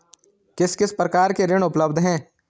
किस किस प्रकार के ऋण उपलब्ध हैं?